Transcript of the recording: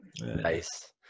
nice